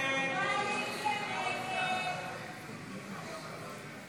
הסתייגות 129 לא נתקבלה.